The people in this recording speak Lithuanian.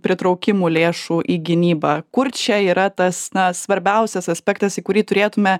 pritraukimu lėšų į gynybą kur čia yra tas na svarbiausias aspektas į kurį turėtume